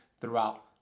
throughout